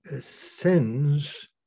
sends